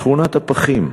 שכונת-הפחים.